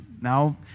Now